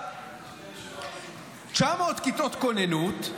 140,000, 140,000. 900 כיתות כוננות,